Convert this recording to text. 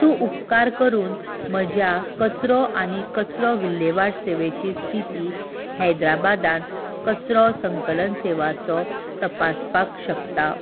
तूं उपकार करून म्हज्या कचरो आनी कचरो विल्लेवाट सेवेची स्थिती हैदराबादांत कचरो संकलन सेवाचो तपासपाक शकता